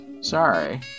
Sorry